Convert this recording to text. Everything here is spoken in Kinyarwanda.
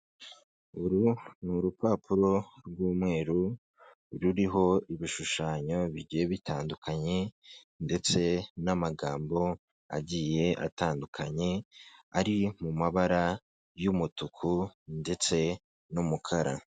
Uru ni urupapuro rw'umweru, ruriho ibishushanyo bigiye bitandukanye ndetse n'amagambo agiye atandukanye, ari mu mabara y'umutuku ndetse n'umukara.